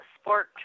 Sport